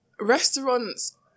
Restaurants